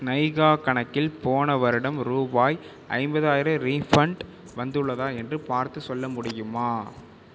நைகா கணக்கில் போன வருடம் ரூபாய் ஐம்பதாயிரம் ரீஃபண்ட் வந்துள்ளதா என்று பார்த்து சொல்ல முடியுமா